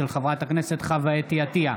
של חברת הכנסת חוה אתי עטייה.